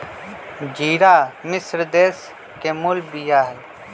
ज़िरा मिश्र देश के मूल बिया हइ